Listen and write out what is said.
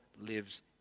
lives